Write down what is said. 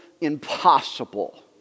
impossible